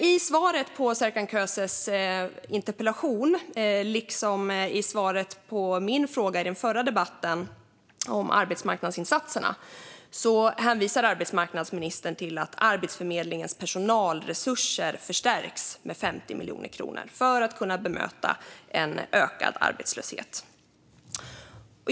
I svaret på Serkan Köses interpellation liksom i svaret på min fråga i den förra interpellationsdebatten om arbetsmarknadsinsatserna hänvisar arbetsmarknadsministern till att Arbetsförmedlingens personalresurser förstärks med 50 miljoner kronor för att man ska kunna bemöta en ökad arbetslöshet.